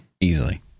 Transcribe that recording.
easily